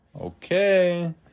Okay